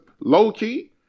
low-key –